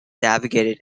navigated